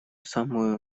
самую